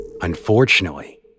Unfortunately